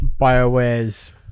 Bioware's